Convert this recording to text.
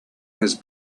his